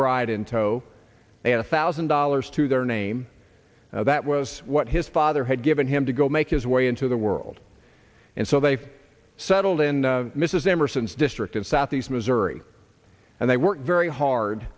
bride in tow and a thousand dollars to their name that was what his father had given him to go make his way into the world and so they settled in mrs emerson's district in southeast missouri and they worked very hard